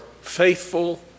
faithful